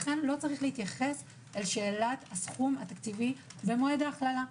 לכן לא צריך להתייחס לשאלת הסכום התקציבי ומועד ההכללה.